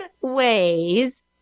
ways